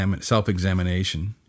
self-examination